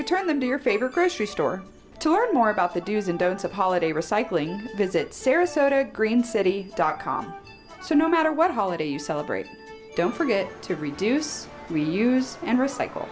them to your favorite grocery store to learn more about the do's and don'ts of holiday recycling visit sarasota green city dot com so no matter what holiday you celebrate don't forget to reduce reuse and recycle